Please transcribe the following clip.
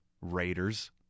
raiders